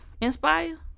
Inspire